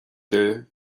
dom